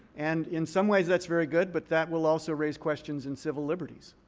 and in some ways that's very good. but that will also raise questions in civil liberties.